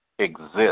Exist